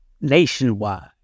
nationwide